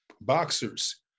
Boxers